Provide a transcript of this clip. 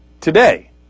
Today